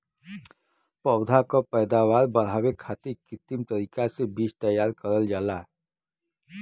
पौधा क पैदावार बढ़ावे खातिर कृत्रिम तरीका से बीज तैयार करल जाला